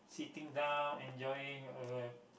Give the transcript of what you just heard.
sitting down enjoying uh